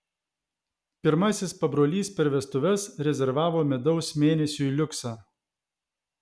pirmasis pabrolys per vestuves rezervavo medaus mėnesiui liuksą